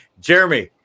Jeremy